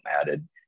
added